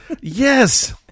yes